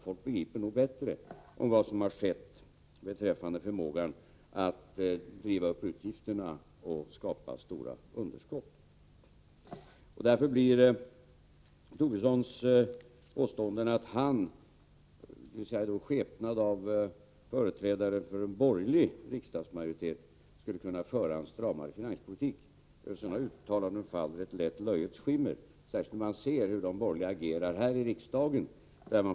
Folk begriper nog bättre vad som har skett beträffande förmågan att driva upp utgifterna och skapa stora underskott. Därför faller ett lätt löjets skimmer över Lars Tobissons påståenden att han i skepnad av företrädare för en borgerlig riksdagsmajoritet skulle kunna föra en stramare finanspolitik, särskilt när man ser hur de borgerliga agerar här i riksdagen.